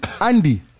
Andy